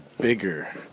bigger